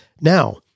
Now